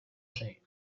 cher